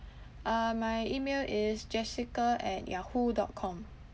uh my email is jessica at yahoo dot com